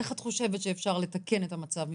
איך את חושבת שאפשר לתקן את המצב הזה?